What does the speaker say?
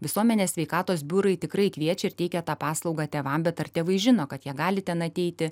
visuomenės sveikatos biurai tikrai kviečia ir teikia tą paslaugą tėvams bet ar tėvai žino kad jie gali ten ateiti